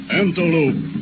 antelope